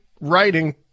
writing